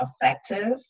effective